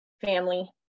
family